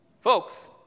Folks